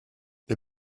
les